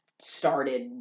started